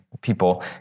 people